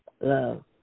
Love